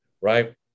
Right